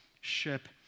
ship